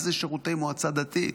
איזה שירותי מועצה דתית?